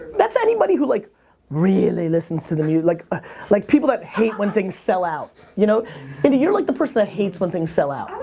that's anybody who like really listens to the music. like ah like, people that hate when things sell out. you know and you're like the person who hates when things sell out.